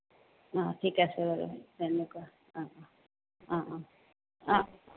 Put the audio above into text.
অঁ ঠিক আছে বাৰু তেনেকুৱা অঁ অঁ অঁ অঁ অঁ